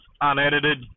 unedited